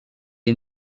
est